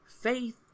Faith